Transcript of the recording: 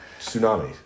Tsunami